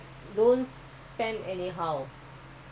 your parents go out to earn how